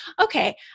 okay